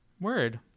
word